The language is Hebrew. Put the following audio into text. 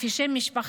לפי שם משפחה,